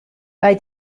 bei